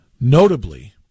Notably